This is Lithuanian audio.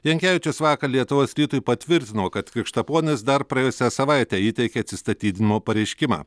jankevičius vakar lietuvos rytui patvirtino kad krikštaponis dar praėjusią savaitę įteikė atsistatydinimo pareiškimą